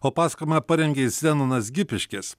o pasakojimą parengė zenonas gipiškis